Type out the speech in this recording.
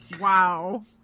Wow